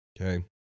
Okay